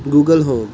Google home